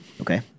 Okay